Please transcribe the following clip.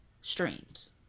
streams